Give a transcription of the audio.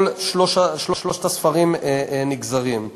כל שלושת הספרים נגזרים.